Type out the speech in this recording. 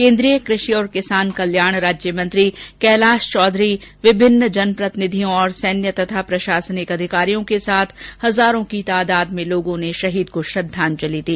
केन्द्रीय कृषि और किसान कल्याण राज्य मंत्री कैलाश चौधरी विभिन्न जनप्रतिनिधि और सैन्य तथा प्रशासनिक अधिकारियों के साथ हजारों की तादाद में लोगों ने शहीद को श्रद्वांजलि दी